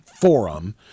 forum